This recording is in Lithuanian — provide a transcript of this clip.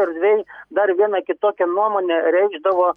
erdvėj dar vieną kitokią nuomonę reikšdavo